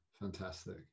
fantastic